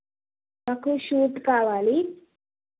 నాకు షూట్ కావాలి